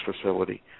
facility